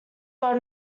got